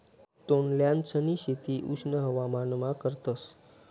तोंडल्यांसनी शेती उष्ण हवामानमा करतस